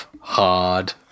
Hard